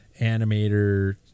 animator